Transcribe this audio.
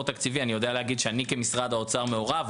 תקציבי אני יודע להגיד שאני כמשרד האוצר מעורב.